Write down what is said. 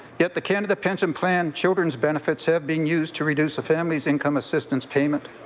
yet the canada pension plan childrens' benefits have been used to reduce a family's income assistant payment.